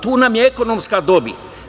Tu nam je ekonomska dobit.